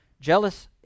Jealous